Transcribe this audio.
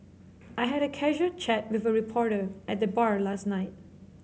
I had a casual chat with a reporter at the bar last night